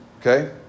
okay